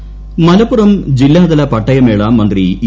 പട്ടയമേള മലപ്പുറം ജില്ലാതല പട്ടയമേള ്മ്യന്ത്രി ഇ